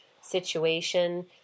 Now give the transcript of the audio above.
situation